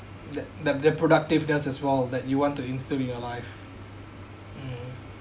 the the productiveness as well that you want to instill in your life mm